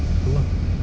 tu ah